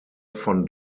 van